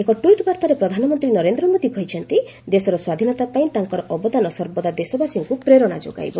ଏକ ଟ୍ୱିଟ୍ ବାର୍ଭାରେ ପ୍ରଧାନମନ୍ତ୍ରୀ ନରେନ୍ଦ୍ର ମୋଦି କହିଛନ୍ତି ଦେଶର ସ୍ୱାଧୀନତାପାଇଁ ତାଙ୍କର ଅବଦାନ ସର୍ବଦା ଦେଶବାସୀଙ୍କୁ ପ୍ରେରଣା ଯୋଗାଇବ